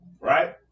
right